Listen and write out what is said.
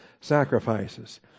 sacrifices